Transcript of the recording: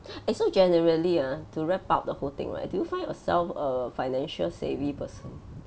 eh so generally ah to wrap up the whole thing right do you find yourself a financial-savvy person